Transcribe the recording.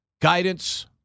guidance